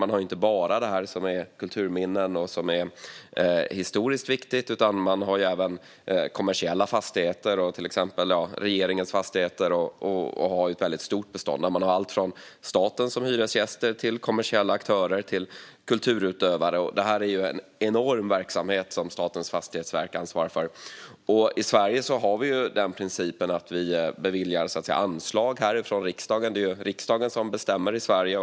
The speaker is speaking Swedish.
Man har inte bara kulturminnen och sådant som är historiskt viktigt, utan man har även kommersiella fastigheter och till exempel regeringens fastigheter. Man har ett väldigt stort bestånd där man har allt från staten som hyresgäster till kommersiella aktörer och kulturutövare. Det är en enorm verksamhet som Statens fastighetsverk ansvarar för. I Sverige har vi ju den principen att vi beviljar anslag från riksdagen. Det är riksdagen som bestämmer i Sverige.